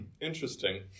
interesting